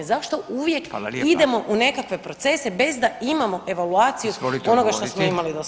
Zašto uvijek idemo u nekakve procese bez da imamo evaluaciju onoga što smo imali do sad?